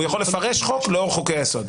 הוא יכול לפרש חוק לאור חוקי היסוד.